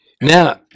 Now